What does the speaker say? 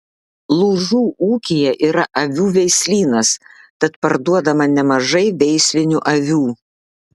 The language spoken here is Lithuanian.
lūžų ūkyje yra avių veislynas tad parduodama nemažai veislinių avių